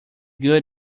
good